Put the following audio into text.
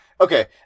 Okay